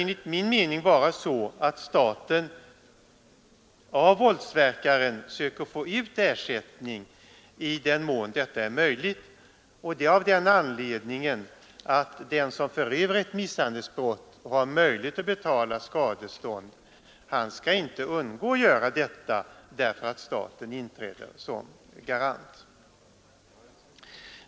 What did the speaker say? Enligt min mening bör staten försöka få ut denna ersättning av våldsverkaren i den mån detta är möjligt. Den som förövar ett misshandelsbrott och har möjlighet att betala skadestånd, han skall inte undgå det därför att staten inträder som garant.